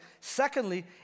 Secondly